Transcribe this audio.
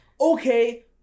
okay